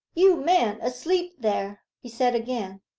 you man asleep there he said again.